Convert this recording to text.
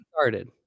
started